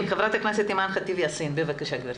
ח"כ אימאן ח'טיב יאסין בבקשה.